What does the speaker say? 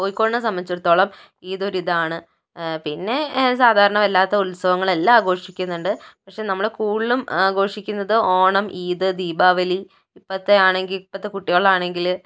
കോഴിക്കോടിനെ സംബന്ധിച്ചടുത്തോളം ഇത് ഒരു ഇതാണ് പിന്നെ സാധാരണ ഉത്സവങ്ങളെല്ലാം ആഘോഷിക്കുന്നുണ്ട് പക്ഷെ നമ്മള് കൂടുതലും ആഘോഷിക്കുന്നത് ഓണം ഈദ് ദീപാവലി ഇപ്പത്തെ ആണെങ്കില് ഇപ്പത്തെ കുട്ടികളാണെങ്കില്